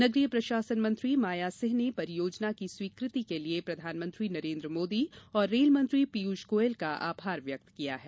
नगरीय प्रशासन मंत्री माया सिंह ने परियोजना की स्वीकृति के लिए प्रधानमंत्री नरेन्द्र मोदी रेल मंत्री पीयूष गोयल का आभार व्यक्त किया है